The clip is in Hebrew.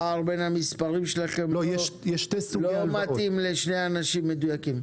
הפער בין המספרים לא מתאים לשני אנשים מדויקים.